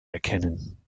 erkennen